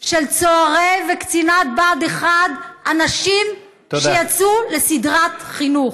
של צוערי וקצינת בה"ד 1, אנשים שיצאו לסדרת חינוך.